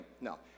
no